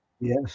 yes